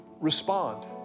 respond